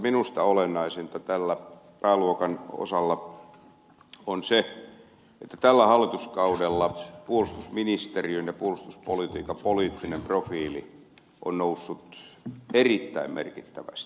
minusta olennaisinta tällä pääluokan osalla on se että tällä hallituskaudella puolustusministeriön ja puolustuspolitiikan poliittinen profiili on noussut erittäin merkittävästi